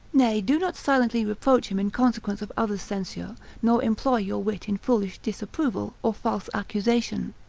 nay, do not silently reproach him in consequence of others' censure, nor employ your wit in foolish disapproval, or false accusation.